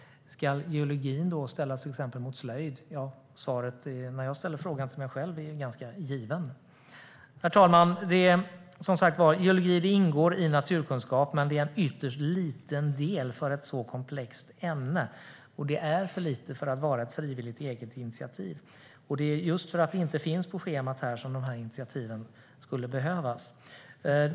Ska geologin ställas mot slöjd? Svaret när jag ställer frågan till mig själv är givet. Herr talman! Geologi ingår i naturkunskap, men det är en ytterst liten del för ett så komplext ämne. Det är för litet för att vara ett frivilligt eget initiativ. Det är just för att ämnet inte finns på schemat som initiativen skulle behövas.